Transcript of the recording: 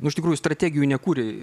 nu iš tikrųjų strategijų nekūrė